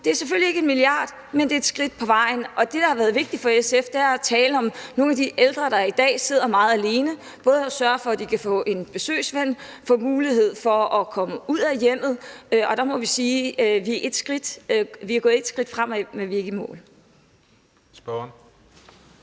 Det er selvfølgelig ikke 1 mia. kr., men det er et skridt på vejen. Det, der har været vigtigt for SF, har været at tale om nogle af de ældre, der i dag sidder meget alene, både at sørge for, at de kan få en besøgsven og får mulighed for at komme ud af hjemmet, og der må vi sige, at vi er gået et skridt fremad, men vi er ikke i mål